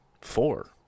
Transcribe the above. Four